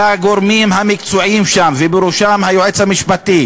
לגורמים המקצועיים שם, ובראשם היועץ המשפטי